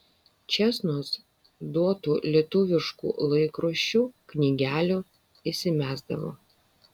čėsnos duotų lietuviškų laikraščių knygelių įsimesdavo